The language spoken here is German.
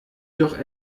doch